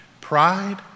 pride